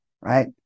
Right